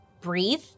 Breathe